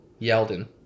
Yeldon